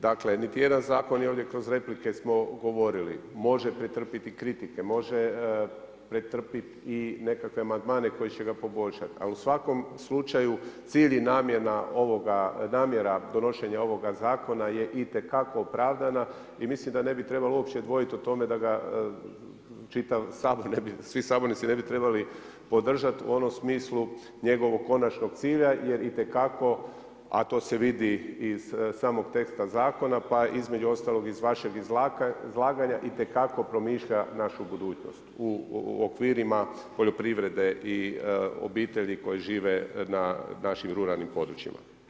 Dakle, niti jedan zakon i kroz replike smo govorili može pretrpiti kritike, može pretrpit i nekakve amandmane koji će ga poboljšati, a u svakom slučaju cilj i namjera donošenja ovoga zakona je itekako opravdana i mislim da ne bi trebalo uopće dvojit o tome da ga čitav Sabor ne bi, svi sabornici ne bi trebali podržati u onom smislu njegovog konačnog cilja, jer itekako a to se vidi i iz samog teksta zakona pa između ostalog iz vašeg izlaganja itekako promišlja našu budućnost u okvirima poljoprivrede i obitelji koji žive na našim ruralnim područjima.